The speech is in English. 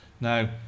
Now